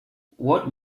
what